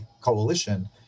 coalition